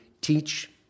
teach